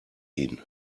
ihn